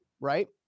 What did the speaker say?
Right